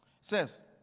says